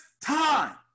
Time